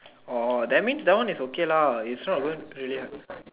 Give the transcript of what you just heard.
oh that means that one is okay lah it's not going to really happen